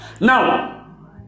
now